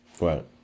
Right